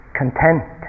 content